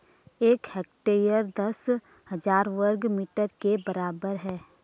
एक हेक्टेयर दस हजार वर्ग मीटर के बराबर है